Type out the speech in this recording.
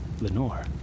Lenore